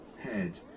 head